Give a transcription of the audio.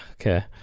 okay